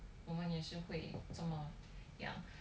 我们也是会什么 ya